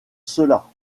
cela